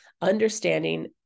understanding